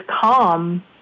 calm